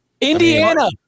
Indiana